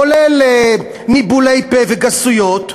כולל ניבולי פה וגסויות,